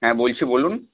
হ্যাঁ বলছি বলুন